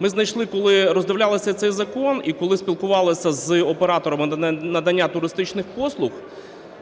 ми знайшли, коли роздивлялися цей закон і коли спілкувалися з операторами надання туристичних послуг,